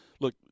Look